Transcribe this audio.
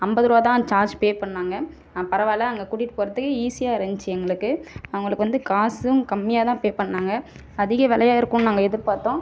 ஐம்பது ருபா தான் சார்ஜ் பே பண்ணாங்க பரவாயில்ல அங்கே கூட்டிகிட்டுப் போகிறதுக்கு ஈஸியாக இருந்துச்சு எங்களுக்கு அவங்களுக்கு வந்து காசும் கம்மியாக தான் பே பண்ணாங்க அதிக விலையா இருக்கும்னு நாங்கள் எதிர்பார்த்தோம்